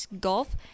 Gulf